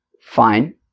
Fine